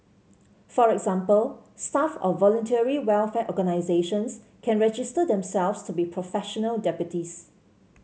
for example staff of Voluntary Welfare Organisations can register themselves to be professional deputies